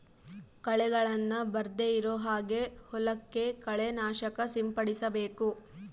ಕಳೆಗಳನ್ನ ಬರ್ದೆ ಇರೋ ಹಾಗೆ ಹೊಲಕ್ಕೆ ಕಳೆ ನಾಶಕ ಸಿಂಪಡಿಸಬೇಕು